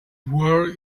were